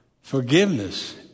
forgiveness